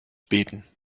beten